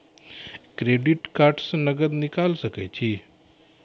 Credit card से नगद निकाल सके छी?